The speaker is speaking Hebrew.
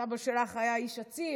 סבא שלך היה איש אציל,